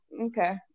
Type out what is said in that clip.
okay